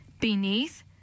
beneath